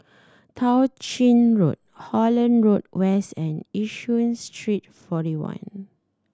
Tao Ching Road Holland Road West and Yishun Street Forty One